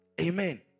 Amen